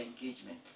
engagement